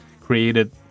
created